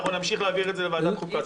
אנחנו נמשיך להעביר את זה לוועדת חוקה.